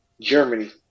Germany